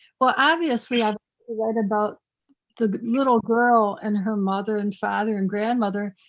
well, obviously i'm worried about the little girl and her mother and father and grandmother.